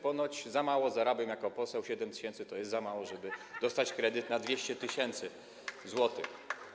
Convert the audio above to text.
Ponoć za mało zarabiam jako poseł, 7 tys. to jest za mało, żeby dostać kredyt na 200 tys. zł.